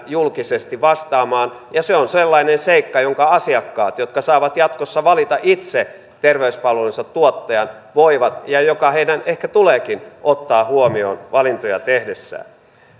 julkisesti vastaamaan ja se on sellainen seikka jonka asiakkaat jotka saavat jatkossa valita itse terveyspalvelujensa tuottajan voivat ja joka heidän ehkä tuleekin ottaa huomioon valintoja tehdessään